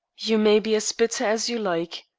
you may be as bitter as you like.